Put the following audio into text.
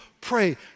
pray